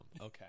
Okay